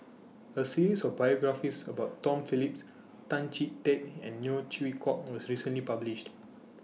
A series of biographies about Tom Phillips Tan Chee Teck and Neo Chwee Kok was recently published